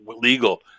legal